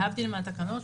להבדיל מהתקנות,